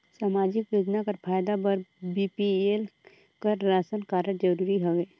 समाजिक योजना कर फायदा बर बी.पी.एल कर राशन कारड जरूरी हवे?